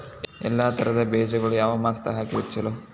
ಎಲ್ಲಾ ತರದ ಬೇಜಗೊಳು ಯಾವ ಮಾಸದಾಗ್ ಹಾಕಿದ್ರ ಛಲೋ?